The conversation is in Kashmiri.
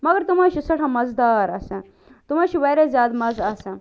مگر تِم حظ چھِ سٮ۪ٹھاہ مزٕدار آسان تِمن حظ چھُ واریاہ مزٕ آسان